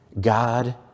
God